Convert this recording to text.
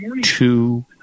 two